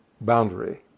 boundary